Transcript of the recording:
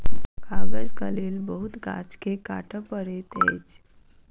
कागजक लेल बहुत गाछ के काटअ पड़ैत अछि